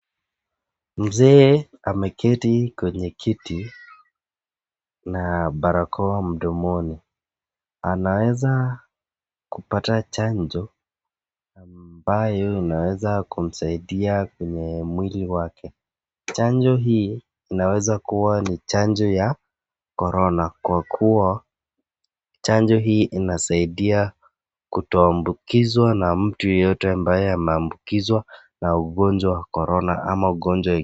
Mzee ameketi kwenye kiti na barakoa mdomoni anaweza kupata chanjo ambayo inaweza kumsaidia kwenye mwili wake. Chanjo hii inaweza kuwa ni chanjo ya korona kwa kuwa chanjo hii inasaidia kutoambukizwa na mtu yeyote ambaye ameambukizwa na ugonjwa wa korona ama ugonjwa ingine.